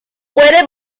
puede